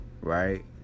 right